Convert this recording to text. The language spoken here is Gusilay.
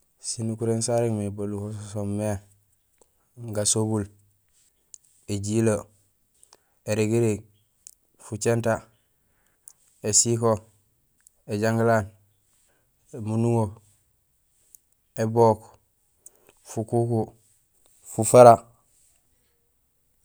Sinukuréén sarégmé baluho so soomé: gasobul, éjilee, érigirig, fujinta, ésiko, éjangilaan, émunduŋo, ébook, fukuku, fufara,